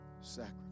sacrifice